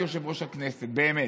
כיושב-ראש הכנסת, באמת,